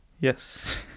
Yes